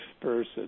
person